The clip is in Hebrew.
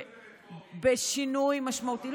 תעבירו את זה בטרומית, בשינוי משמעותי.